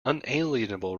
unalienable